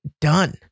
done